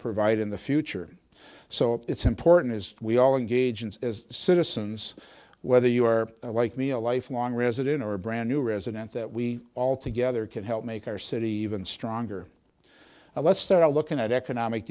provide in the future so it's important as we all engage and as citizens whether you are like me a lifelong resident or a brand new resident that we all together can help make our city even stronger let's start looking at economic